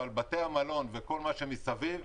אבל בתי המלון וכל מה שמסביב.